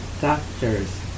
Doctors